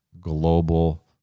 global